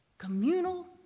Communal